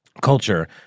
culture